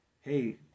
Hey